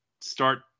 start